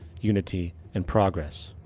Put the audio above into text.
unity and progress.